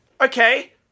Okay